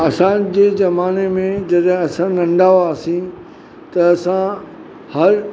असांजे ज़माने में जॾहिं असां नंढा हुआसीं त असां हर